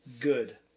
Good